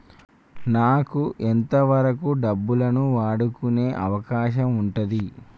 నాకు ఎంత వరకు డబ్బులను వాడుకునే అవకాశం ఉంటది?